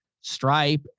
Stripe